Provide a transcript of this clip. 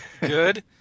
Good